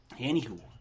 Anywho